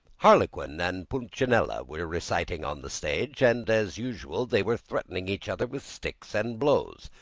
harlequin and pulcinella were reciting on the stage and, as usual, they were threatening each other with sticks and blows.